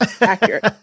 Accurate